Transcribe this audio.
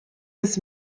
des